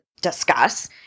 discuss